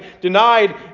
denied